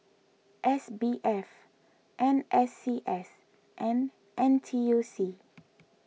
S B F N S C S and N T U C